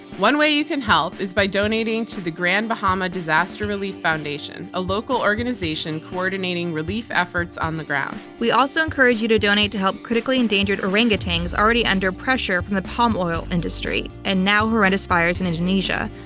one way you can help is by donating to the grand bahama disaster relief foundation, a local organization coordinating relief efforts on the ground. we also encourage you to donate to help critically endangered orangutans already under pressure from the palm oil industry, and now, horrendous fires in indonesia.